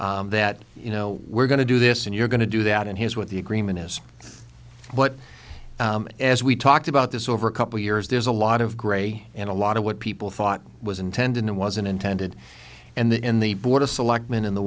that you know we're going to do this and you're going to do that and here's what the agreement is what as we talked about this over a couple years there's a lot of gray and a lot of what people thought was intended and wasn't intended and the in the board of selectmen in the